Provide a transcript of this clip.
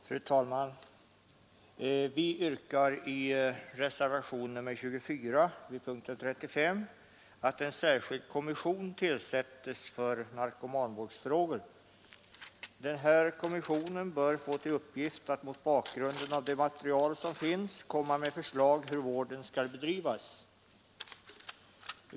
Fru talman! Vi yrkar i reservationen 24 vid punkten 35 att en särskild kommission tillsätts för narkomanvårdsfrågor. Kommissionen bör få till uppgift att mot bakgrund av det material som finns komma med förslag hur vården skall bedrivas.